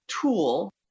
tool